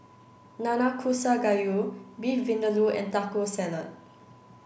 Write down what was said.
Nanakusa Gayu Beef Vindaloo and Taco Salad